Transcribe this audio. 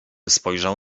spojrzał